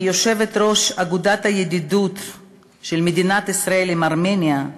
כיושבת-ראש אגודת הידידות של מדינת ישראל עם ארמניה,